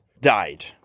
died